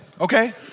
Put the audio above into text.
okay